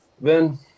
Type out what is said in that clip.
Ben